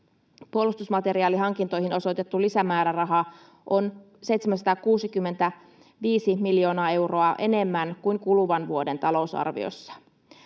Puolustusmateriaalihankintoihin osoitettu lisämääräraha on 765 miljoonaa euroa enemmän kuin kuluvan vuoden talousarviossa.